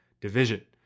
division